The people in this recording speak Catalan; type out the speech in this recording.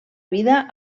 vida